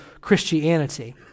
Christianity